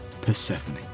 Persephone